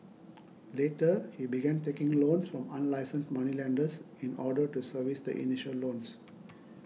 later he began taking loans from unlicensed moneylenders in order to service the initial loans